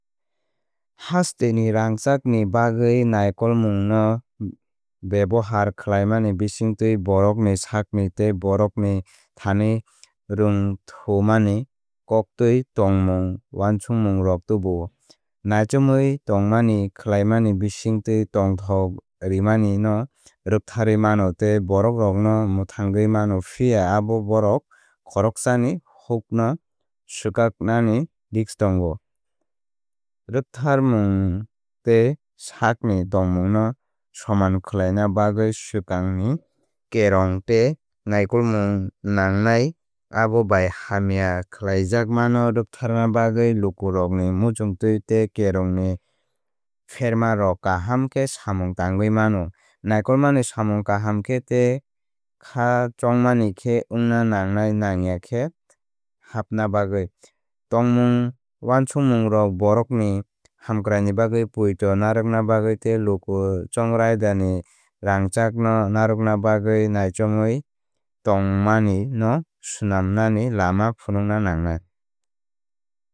Hasteni rangchakni bagwi naikolmungno bebohar khlaimani bisingtwi borokni sakni tei borokrokni thani rwngthomani koktwi tongmung uansukmungrok tubuo. Naichomwi tongmani khlaimani bisingtwi tongthok re mani no rwktharwi mano tei borokrokno mwthangwi mano. Phiya abo borok khoroksani hokno swkaknani risk tongo. Raktharmung tei sakni tongmungno soman khwlaina bagwi swkangni kerong tei naikolmung nangnai abo bai hamya khlaijakmano rwktharna bagwi. Lukurokni muchungtwi tei kerongni phreimrok kaham khe samung tangwi mano. Naikolmani samung kaham khe tei kha chongmani khe wngna nangnai nangya khe hapna bagwi. Tongmung uansukmungrok borokrokni hamkraini bagwi poito narwkna bagwi tei Luku chongraida ni rangchakno narwkna bagwi naichomwi tongmani no swnamnani lama phunukna nangnai.